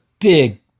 big